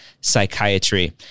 psychiatry